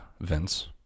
Vince